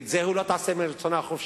ואת זה היא לא תעשה מרצונה החופשי,